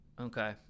Okay